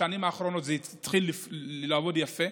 בשנים האחרונות זה התחיל לעבוד יפה.